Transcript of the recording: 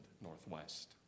northwest